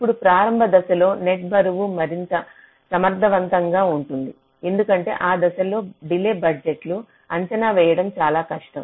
ఇప్పుడు ప్రారంభ దశలో నెట్ బరువులు మరింత సమర్థవంతంగా ఉంటుంది ఎందుకంటే ఆ దశలో డిలే బడ్జెట్లు అంచనా వేయడం చాలా కష్టం